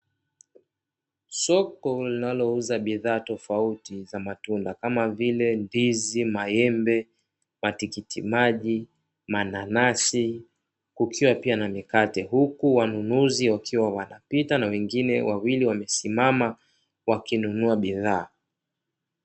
Soko linalouza bidhaa tofauti za matunda kama vile ndizi, maembe, matikitiki maji, mananasi kukiwa pia na mikate. Huku wanunuzi wakiwa wanapita na wengine wawili wamesimama wakinunua bidhaa.